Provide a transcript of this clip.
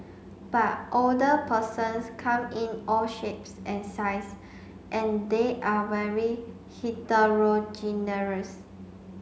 but older persons come in all shapes and size and they're very heterogeneous